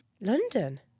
London